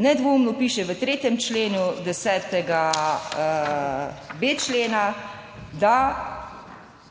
Nedvoumno piše v 3. členu 10b. člena, da